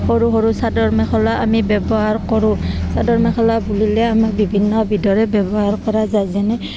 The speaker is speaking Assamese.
সৰু সৰু চাদৰ মেখেলা আমি ব্যৱহাৰ কৰোঁ চাদৰ মেখেলা বুলিলে আমাৰ বিভিন্ন বিধৰে ব্যৱহাৰ কৰা যায় যেনে